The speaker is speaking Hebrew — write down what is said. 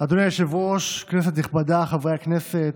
אדוני היושב-ראש, כנסת נכבדה, חברי הכנסת,